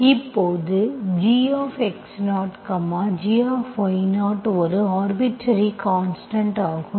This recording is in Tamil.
இப்போது gx0 gy0 ஒரு ஆர்பிட்டர்ரி கான்ஸ்டன்ட் ஆகும்